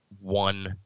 one